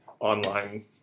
online